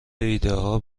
ایدهها